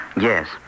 Yes